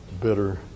bitter